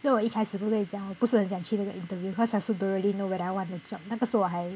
then 我一开始不是在讲我不是很想去那个 interview cause I also don't really know whether I want the job 那是我还